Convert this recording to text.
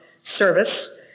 Service